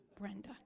Brenda